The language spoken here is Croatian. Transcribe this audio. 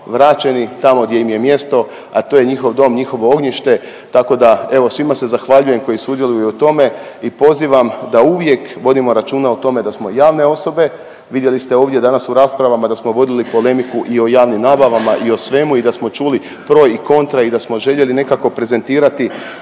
vraćeni tamo gdje im je mjesto, a to je njihov dom, njihovo ognjište. Tako da evo svima se zahvaljujem koji sudjeluju u tome i pozivam da uvijek vodimo računa o tome da smo javne osobe. Vidjeli ste ovdje u raspravama da smo vodili polemiku i o javnim nabavama i o svemu i da smo čuli pro i kontra i da smo željeli nekako prezentirati